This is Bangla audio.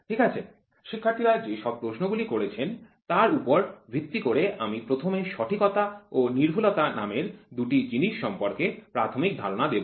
ঠিক আছে শিক্ষার্থীরা যেসব প্রশ্নগুলি করেছেন তার উপর ভিত্তি করে আমি প্রথমে সঠিকতা ও সূক্ষ্মতা নামের দুটি জিনিস সম্পর্কে প্রাথমিক ধারণা দেব